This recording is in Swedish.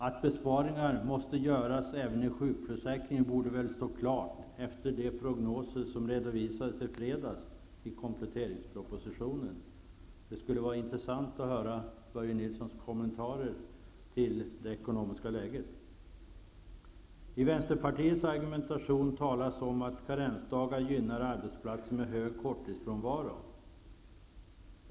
Att besparingar måste göras även i sjukförsäkringen borde väl stå klart efter de prognoser som redovisades i fredags i kompletteringspropositionen. Det skulle vara intressant att höra Börje Nilssons kommentarer till det ekonomiska läget. I Vänsterpartiets argumentation talas om att karensdagar gynnar arbetsplatser med hög korttidsfrånvaro.